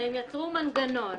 והן יצרו מנגנון